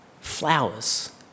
flowers